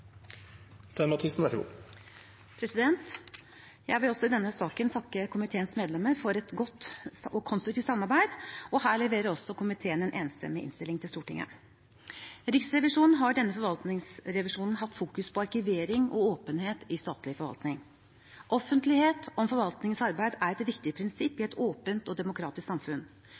Jeg vil også i denne saken takke komiteens medlemmer for et godt og konstruktivt samarbeid. Også her leverer komiteen en enstemmig innstilling til Stortinget. Riksrevisjonen har i denne forvaltningsrevisjonen fokusert på arkivering og åpenhet i statlig forvaltning. Offentlighet om forvaltningens arbeid er et viktig prinsipp i et åpent og demokratisk samfunn.